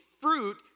fruit